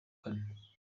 kane